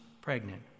pregnant